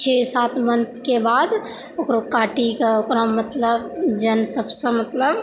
छओ सात मन्थके बाद ओकरा काटिकऽ ओकरा मतलब जोन सबसँ मतलब